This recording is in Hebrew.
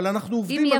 אבל אנחנו עובדים על זה.